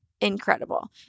incredible